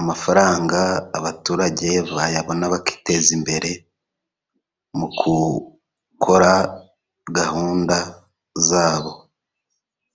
amafaranga abaturage bayabona bakiteza imbere mu gukora gahunda zabo.